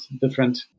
different